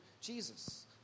Jesus